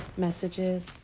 messages